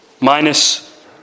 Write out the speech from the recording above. Minus